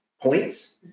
points